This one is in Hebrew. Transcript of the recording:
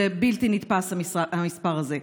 זה בלתי נתפס המספר הזה.